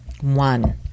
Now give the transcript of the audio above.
One